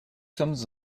sommes